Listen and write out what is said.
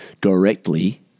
Directly